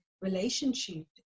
relationship